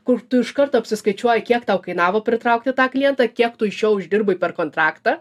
kur tu iš karto apsiskaičiuoji kiek tau kainavo pritraukti tą klientą kiek tu iš jo uždirbai per kontraktą